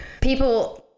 people